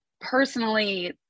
personally